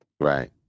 Right